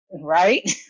right